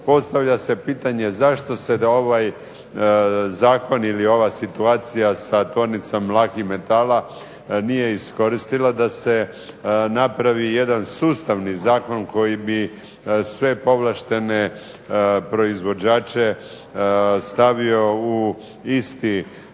Postavlja se pitanje zašto se na ovaj zakon ili ova situacija sa Tvornicom lakih metala nije iskoristila da se napravi jedan sustavni zakon koji bi sve povlaštene proizvođače stavio u isti